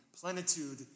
plenitude